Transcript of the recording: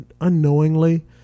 unknowingly